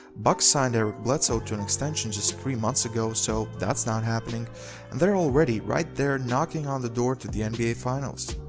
bucks signed eric ah bledsoe to an extension just three months ago so that's not happening and they're already right there knocking on the door to the nba finals.